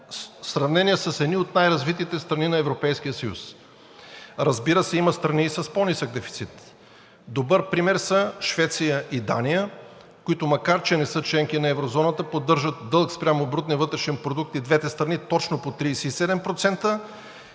сравнение с едни от най-развитите страни на Европейския съюз. Разбира се, има страни и с по-нисък дефицит. Добър пример са Швеция и Дания, които макар че не са членки на Еврозоната, поддържат дълг спрямо брутния вътрешен продукт и двете страни точно по 37%,